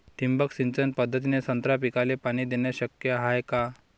ठिबक सिंचन पद्धतीने संत्रा पिकाले पाणी देणे शक्य हाये का?